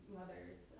mothers